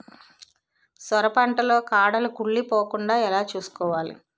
సొర పంట లో కాడలు కుళ్ళి పోకుండా ఎలా చూసుకోవాలి?